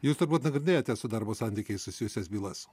jūs turbūt nagrinėjate su darbo santykiais susijusias bylas